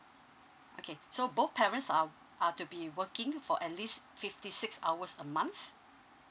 okay so both parents are are to be working for at least fifty six hours a month